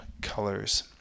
colors